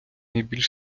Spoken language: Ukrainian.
найбільш